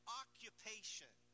occupation